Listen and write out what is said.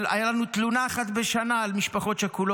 הייתה לנו תלונה אחת בשנה על משפחות שכולות,